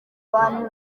abantu